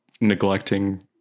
neglecting